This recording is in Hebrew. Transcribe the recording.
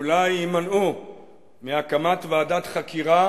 אולי יימנעו מהקמת ועדת חקירה